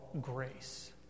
grace